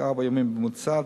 כארבעה ימים בממוצע,